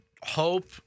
hope